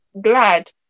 glad